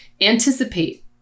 anticipate